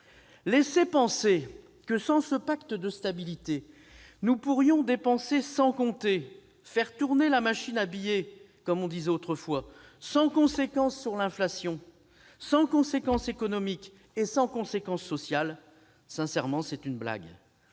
laisser penser que, sans ce pacte de stabilité, nous pourrions dépenser sans compter, faire tourner la planche à billets, comme on disait autrefois, sans conséquence sur l'inflation, sans conséquence économique et sans conséquence sociale, c'est une blague